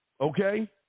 okay